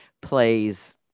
plays